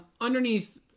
Underneath